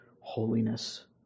holiness